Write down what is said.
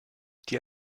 die